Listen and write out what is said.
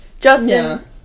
Justin